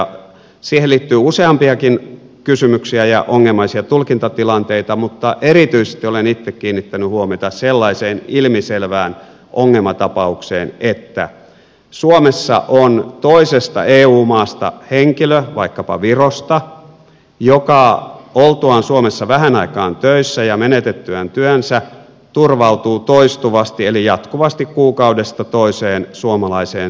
siihen liittyy useampiakin kysymyksiä ja ongelmallisia tulkintatilanteita mutta erityisesti olen itse kiinnittänyt huomiota sellaiseen ilmiselvään ongelmatapaukseen että suomessa on toisesta eu maasta henkilö vaikkapa virosta joka oltuaan suomessa vähän aikaa töissä ja menetettyään työnsä turvautuu toistuvasti eli jatkuvasti kuukaudesta toiseen suomalaiseen sosiaaliturvaan eli toimeentulotukeen